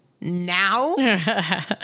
Now